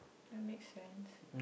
that makes sense